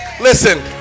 Listen